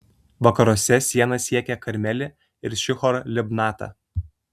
vakaruose siena siekė karmelį ir šihor libnatą